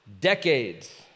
decades